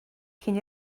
cyn